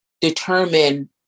Determine